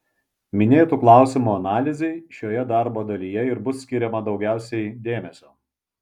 minėtų klausimų analizei šioje darbo dalyje ir bus skiriama daugiausiai dėmesio